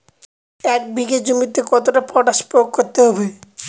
এক বিঘে জমিতে কতটা পটাশ প্রয়োগ করতে হবে?